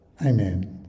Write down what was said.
Amen